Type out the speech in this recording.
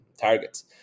targets